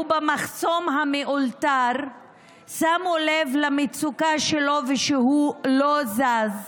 במחסום המאולתר שמו לב למצוקה שלו ושהוא לא זז.